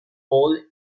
paul